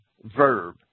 verb